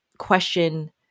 question